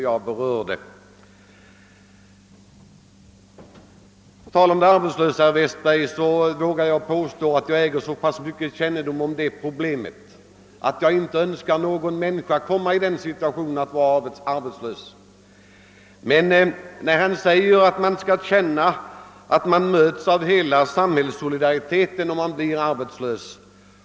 Jag vågar påstå att jag äger så mycket kännedom om arbetslöshet att jag inte önskar någon människa att komma i den situationen. Herr Westberg sade att man skall känna att man möts av hela samhällets solidaritet när man blir arbetslös.